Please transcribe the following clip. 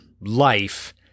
life